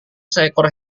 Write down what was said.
seekor